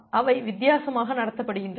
அவை வித்தியாசமாக நடத்தப்படுகின்றன